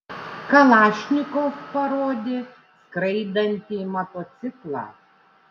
kalašnikov parodė skraidantį motociklą